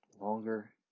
longer